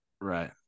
right